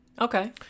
okay